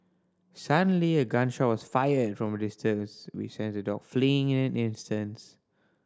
suddenly a gun shot was fired from a distance which sent the dogs fleeing in an instants